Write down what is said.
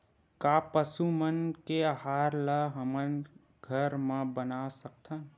का पशु मन के आहार ला हमन घर मा बना सकथन?